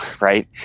right